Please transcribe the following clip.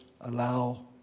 allow